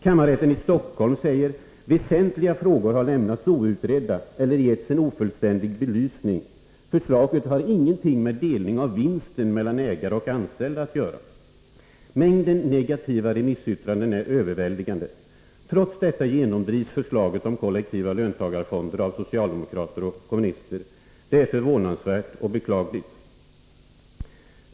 Kammarrätten i Stockholm skriver: Väsentliga frågor har lämnats outredda eller getts en ofullständig belysning. Förslaget har ingenting med delning av vinsten mellan ägare och anställda att göra. Mängden negativa remissyttranden är överväldigande. Trots detta genomdrivs förslaget om kollektiva löntagarfonder av socialdemokrater och kommunister. Det är förvånansvärt och beklagligt.